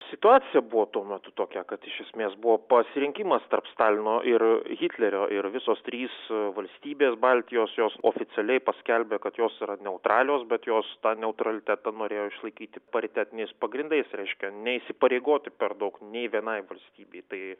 situacija buvo tuo metu tokia kad iš esmės buvo pasirinkimas tarp stalino ir hitlerio ir visos trys valstybės baltijos jos oficialiai paskelbė kad jos yra neutralios bet jos tą neutralitetą norėjo išlaikyti paritetiniais pagrindais reiškia neįsipareigoti per daug nei vienai valstybei tai